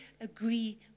agree